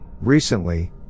Recently